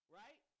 right